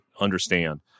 understand